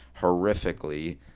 horrifically